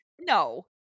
no